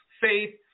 faith